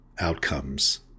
outcomes